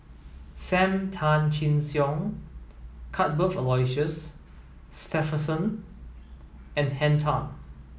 Sam Tan Chin Siong Cuthbert Aloysius Shepherdson and Henn Tan